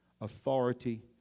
authority